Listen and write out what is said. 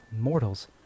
mortals